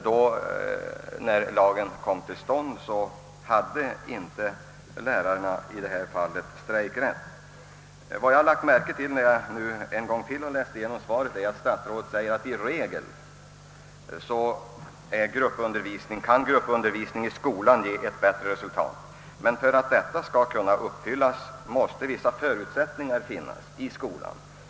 När lagen tillkom hade lärarna inte strejkrätt. Sedan jag än en gång läst igenom svaret har jag observerat att statsrådet säger att gruppundervisning i skolan i regel kan ge bättre resultat än om var och en studerar i hemmet. Men för att så skall bli fallet måste vissa förutsättningar finnas i skolan.